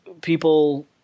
people